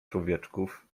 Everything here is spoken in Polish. człowieczków